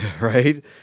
right